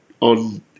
on